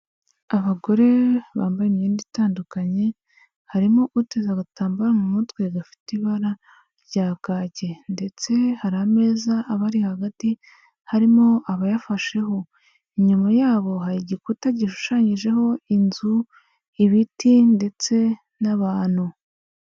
Abagore bambaye imyenda itandukanye harimo uteza agatambaro mu mutwe gafite ibara rya kake, ndetse hari ameza abari hagati harimo abayafasheho, inyuma y'abo hari igikuta gishushanyijeho inzu, ibiti ndetse n'abantu.